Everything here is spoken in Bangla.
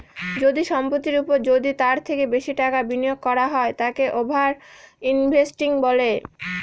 যদি সম্পত্তির ওপর যদি তার থেকে বেশি টাকা বিনিয়োগ করা হয় তাকে ওভার ইনভেস্টিং বলে